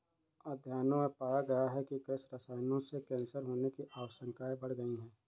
अध्ययनों में पाया गया है कि कृषि रसायनों से कैंसर होने की आशंकाएं बढ़ गई